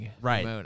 Right